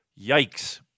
Yikes